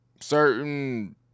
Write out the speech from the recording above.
Certain